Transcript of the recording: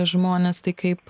žmones tai kaip